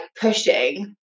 pushing